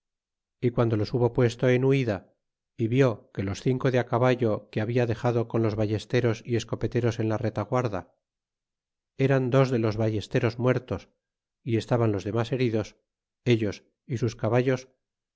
y guando los hubo puesto en huida é vió que los cinco de caballo que habia dexado con los ballesteros y escopeteros en la retaguarda eran dos de los bailesteros muertos y estaban los dernas heridos ellos y sus caballos